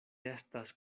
estas